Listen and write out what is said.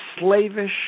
slavish